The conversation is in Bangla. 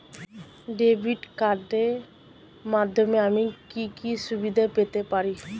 ডেবিট কার্ডের মাধ্যমে আমি কি কি সুবিধা পেতে পারি?